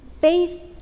faith